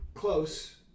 Close